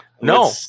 No